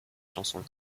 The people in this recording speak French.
chansons